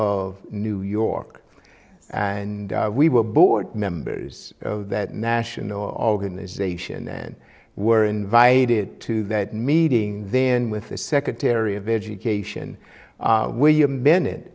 of new york and we were board members of that national organisation and were invited to that meeting then with the secretary of education william be